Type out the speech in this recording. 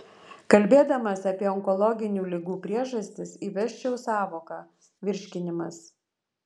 kalbėdamas apie onkologinių ligų priežastis įvesčiau sąvoką virškinimas